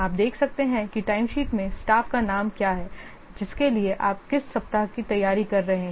आप देख सकते हैं कि टाइमशीट में स्टाफ का नाम क्या है जिसके लिए आप किस सप्ताह तैयारी कर रहे हैं